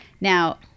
now